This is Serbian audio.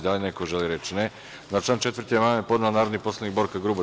Da li neko želi reč? (Ne) Na član 4. amandman je podnela narodni poslanik Borka Grubor.